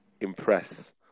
impress